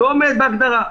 הוא לא עומד בהגדרה.